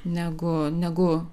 negu negu